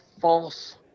false